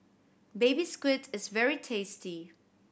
Baby Squid is very tasty